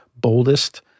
boldest